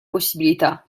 possibilità